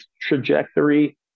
trajectory